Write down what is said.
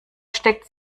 steckt